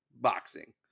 boxing